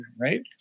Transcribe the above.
right